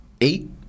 eight